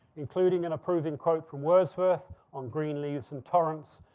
including an approving quote from wordsworth on green leaves and torrents.